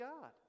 God